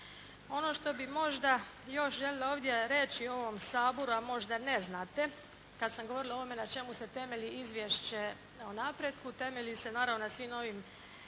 Ono što bi možda još želila ovdje reći i ovom Saboru a možda ne znate kad sam govorila o ovome na čemu se temelji izvješće o napretku. Temelji se naravno na svim ovim